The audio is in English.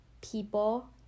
people